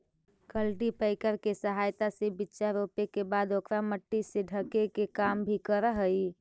cultipacker के सहायता से बीचा रोपे के बाद ओकरा मट्टी से ढके के काम भी करऽ हई